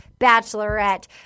Bachelorette